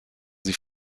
sie